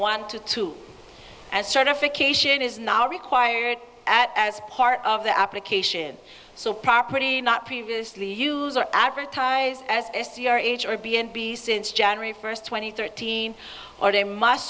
one to two as certification is now required as part of the application so property not previously used are advertised as a c r age or b and b since january first twenty thirteen or they must